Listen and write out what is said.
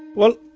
well,